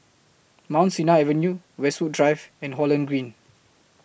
Mount Sinai Avenue Westwood Drive and Holland Green